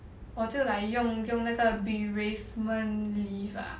我就 like 用用那个 bereavement leave ah